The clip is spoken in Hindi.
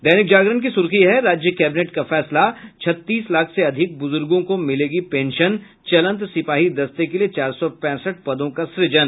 दैनिक जागरण की सुर्खी है राज्य कैबिनेट का फैसला छत्तीस लाख से अधिक बुजुर्गों को मिलेगी पेंशन चलंत सिपाही दस्ते के लिए चार सौ पैंसठ पदों का सुजन